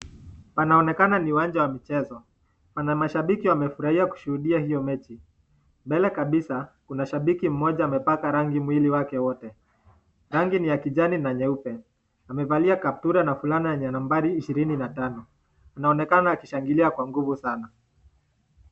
Panaoneka ni uwanja wa michezo. Pana mashabiki wamefurahia kushuhudia hiyo mechi. Mbele kabisa kuna shabiki mmoja amepaka rangi mwili wake wote. Rangi ni ya kijani na nyeupe. Amevalia kaptura na fulana yenye nambari ishirini na tano. Anaonekana akishangilia kwa nguvu sana.